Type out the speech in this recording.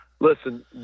Listen